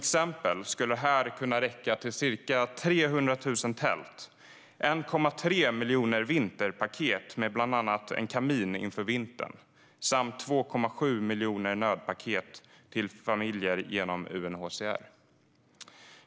Detta skulle till exempel kunna räcka till ca 300 000 tält, 1,3 miljoner vinterpaket med bland annat en kamin inför vintern samt 2,7 miljoner nödpaket till familjer genom UNHCR.